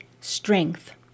Strength